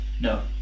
No